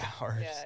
hours